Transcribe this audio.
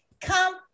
come